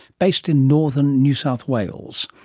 based in northern new south wales.